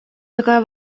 такая